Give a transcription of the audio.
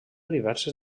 diverses